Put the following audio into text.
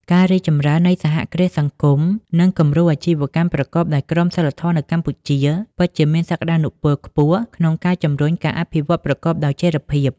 ការរីកចម្រើននៃសហគ្រាសសង្គម និងគំរូអាជីវកម្មប្រកបដោយក្រមសីលធម៌នៅកម្ពុជា ពិតជាមានសក្ដានុពលខ្ពស់ក្នុងការជំរុញការអភិវឌ្ឍប្រកបដោយចីរភាព ។